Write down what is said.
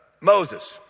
Moses